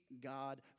God